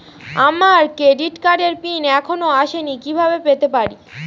আমার ক্রেডিট কার্ডের পিন এখনো আসেনি কিভাবে পেতে পারি?